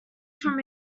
from